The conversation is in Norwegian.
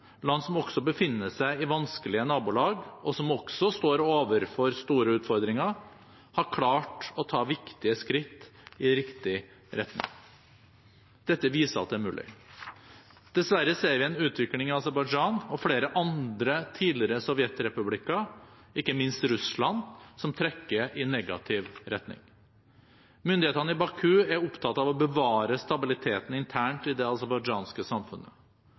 land som også befinner seg i vanskelige nabolag, og som også står overfor store utfordringer – har klart å ta viktige skritt i riktig retning. Dette viser at det er mulig. Dessverre ser vi en utvikling i Aserbajdsjan og i flere andre tidligere sovjetrepublikker, ikke minst i Russland, som trekker i negativ retning. Myndighetene i Baku er opptatt av å bevare stabiliteten internt i det aserbajdsjanske samfunnet.